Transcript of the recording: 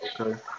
Okay